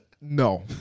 No